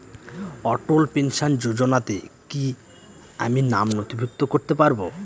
অটল pension যোজনাতে কি আমি নাম নথিভুক্ত করতে পারবো?